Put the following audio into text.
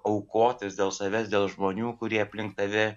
aukotis dėl savęs dėl žmonių kurie aplink tave